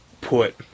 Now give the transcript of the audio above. put